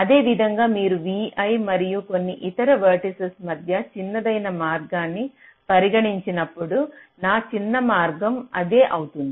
అదేవిధంగా మీరు vi మరియు కొన్ని ఇతర వెర్టిసిస్ మధ్య చిన్నదైన మార్గాన్ని పరిగణించినప్పుడు నా చిన్న మార్గం ఇదే అవుతుంది